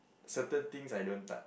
certain things I don't touch